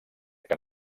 que